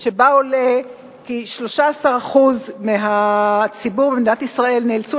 שבה עולה כי 13% מהציבור במדינת ישראל נאלצו